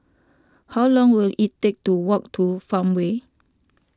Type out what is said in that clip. how long will it take to walk to Farmway